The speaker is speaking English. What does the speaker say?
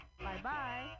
Bye-bye